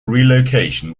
relocation